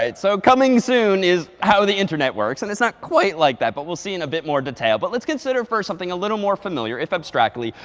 so coming soon is how the internet works. and it's not quite like that. but we'll see in a bit more detail. but let's consider first something a little more familiar, if abstractly,